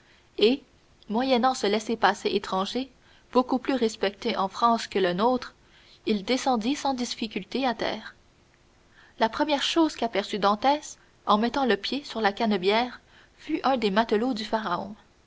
et moyennant ce laissez-passer étranger beaucoup plus respecté en france que le nôtre il descendit sans difficulté à terre la première chose qu'aperçut dantès en mettant le pied sur la canebière fut un des matelots du pharaon